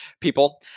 people